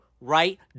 right